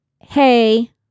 hey